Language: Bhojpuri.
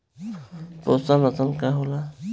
पोषण राशन का होला?